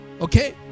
Okay